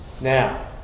Now